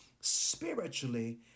spiritually